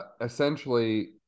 essentially